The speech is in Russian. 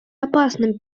опасным